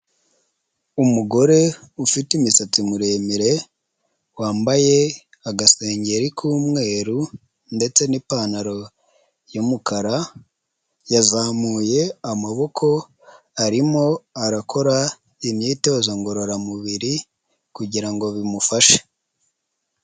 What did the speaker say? Umugore ufite imisatsi miremire, wambaye agasengeri k'umweru ndetse n'ipantaro y'umukara, yazamuye amaboko arimo arakora imyitozo ngororamubiri kugira ngo bimufashe.